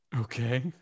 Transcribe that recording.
okay